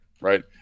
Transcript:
right